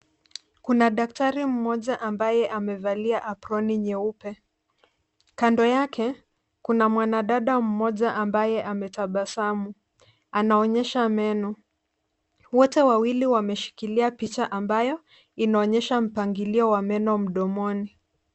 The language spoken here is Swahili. Kuna daktari mmoja ambaye amevalia aproni nyeupe. Kando yake, kuna mwanadada mmoja ambaye ametabasamu. Anaonyesha meno. Wote wawili wameshikilia picha ambayo inaonyesha mpangilio wa meno mdomoni.